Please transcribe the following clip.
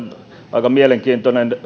aika mielenkiintoista